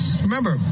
Remember